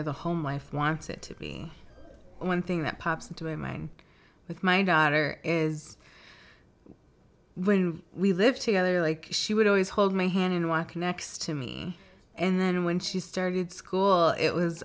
the home life wants it to be one thing that pops into my mind with my daughter is when we lived together like she would always hold my hand and walk next to me and then when she started school it was